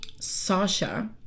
Sasha